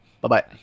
Bye-bye